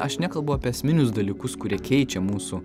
aš nekalbu apie esminius dalykus kurie keičia mūsų